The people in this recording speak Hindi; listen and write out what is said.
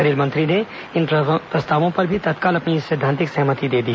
रेलमंत्री ने इन प्रस्तावों पर भी तत्काल अपनी सैद्धांतिक सहमति दे दी